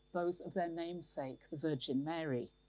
those of their namesake, the virgin mary.